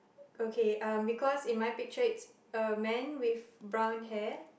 okay because in my picture it's a man with brown hair